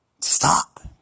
Stop